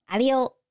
Adios